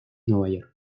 nueva